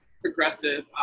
progressive